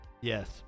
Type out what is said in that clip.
Yes